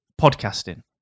podcasting